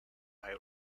eye